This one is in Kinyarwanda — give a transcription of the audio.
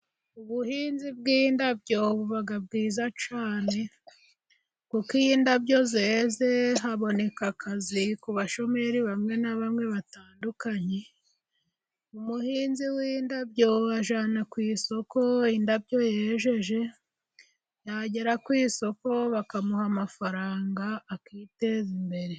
Ubuhinzi bw'indabyo buba bwiza cyane, kuko iyo indabyo zeze haboneka akazi ku bashomeri bamwe na bamwe batandukanye. Umuhinzi w'indabyo ajyana ku isoko indabyo yejeje, yagera ku isoko bakamuha amafaranga, akiteza imbere.